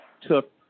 took